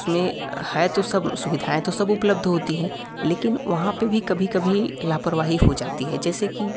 उसमें है तो सब सुविधाएँ सुविधाएँ तो सब उपलब्ध होती हैं लेकिन वहाँ पर भी कभी कभी लापरवाही हो जाती है जैसे कि